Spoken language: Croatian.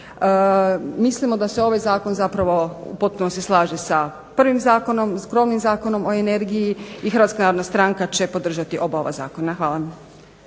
Mislimo da se ovaj zakon u potpunosti slaže sa prvim zakonom s krovnim Zakonom o energiji i HNS-a će podržati oba ova zakona. Hvala.